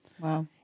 Wow